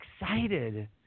excited